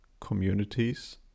communities